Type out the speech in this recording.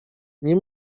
nie